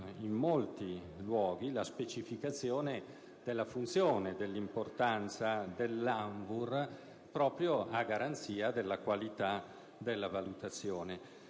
in molti passaggi, la specificazione della funzione e dell'importanza dell'ANVUR proprio a garanzia della qualità della valutazione.